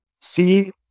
see